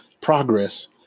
progress